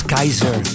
Kaiser